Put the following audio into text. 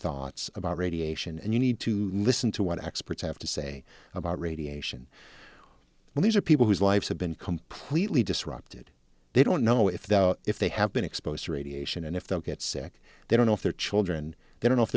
thoughts about radiation and you need to listen to what experts have to say about radiation and these are people whose lives have been completely disrupted they don't know if though if they have been exposed to radiation and if they'll get sick they don't know if they're children they don't know if